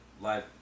live